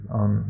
on